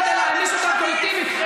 כדי להעניש אותם קולקטיבית?